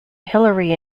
hilary